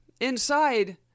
Inside